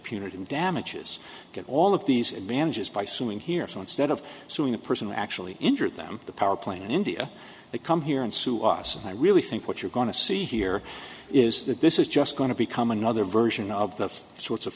damages get all of these advantages by suing here so instead of suing the person actually injure them the power play in india they come here and sue us and i really think we you're going to see here is that this is just going to become another version of the sorts of